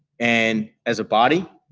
and as a body,